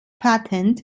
patent